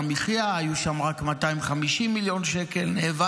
ראינו לאורך השנים שצעירים הולכים לעבוד למשל בתחנות דלק